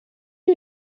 you